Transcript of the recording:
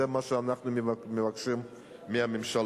זה מה שאנחנו מבקשים מהממשלה,